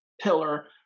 pillar